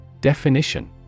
Definition